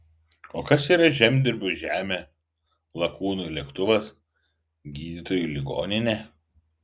o kas yra žemdirbiui žemė lakūnui lėktuvas gydytojui ligoninė